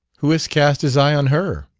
who has cast his eye on her?